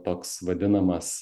toks vadinamas